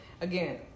Again